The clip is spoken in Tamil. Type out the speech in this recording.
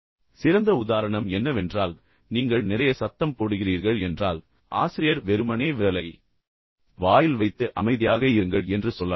எனவே சிறந்த உதாரணம் என்னவென்றால் நீங்கள் நிறைய சத்தம் போடுகிறீர்கள் என்றால் ஆசிரியர் வெறுமனே விரலை வாயில் வைத்து பின்னர் அமைதியாக இருங்கள் என்று சொல்லலாம்